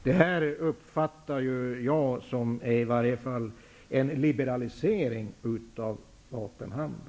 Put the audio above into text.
Detta uppfattar jag i varje fall som en liberalisering av vapenhandeln.